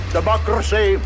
Democracy